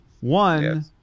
One